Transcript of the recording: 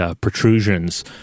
protrusions